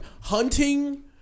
hunting